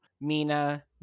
Mina